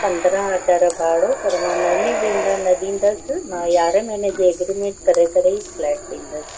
पंदरहं हज़ार भाड़ो पर मां महिने ॿिन लाइ न ॾींदसि मां यारहें महिननि जी एग्रीमेंट करे करे ई फ्लैट ॾींदसि